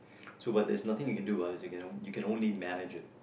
so but there's nothing you can do about it you can only manage it